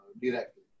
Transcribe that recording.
directly